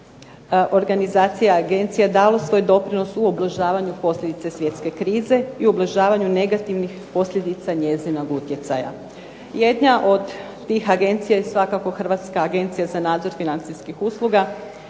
organizacija, agencija dalo svoj doprinos u ublažavanju posljedice svjetske krize i ublažavanju negativnih posljedica njezinog utjecaja. Jedna od tih agencija je svakako Hrvatska agencija za nadzor financijskih usluga